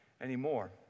anymore